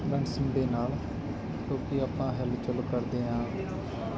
dancing ਦੇ ਨਾਲ ਕਿਉਂਕਿ ਆਪਾਂ ਹਿਲਜੁਲ ਕਰਦੇ ਹਾਂ